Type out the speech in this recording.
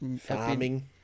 farming